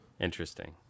interesting